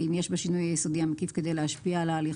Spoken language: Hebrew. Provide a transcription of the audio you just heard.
ואם יש בשינוי היסודי המקיף כדי להשפיע על ההליך